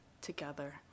together